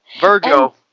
Virgo